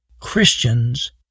Christians